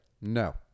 no